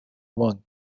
one